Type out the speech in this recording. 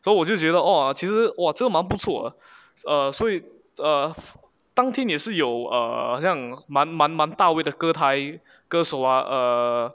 so 我就觉得 orh 其实 !wah! 这个蛮不错的 err 所以 err 当天也是有 err 很像蛮蛮蛮到位的歌台歌手 ah err